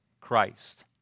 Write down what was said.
Christ